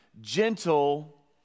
gentle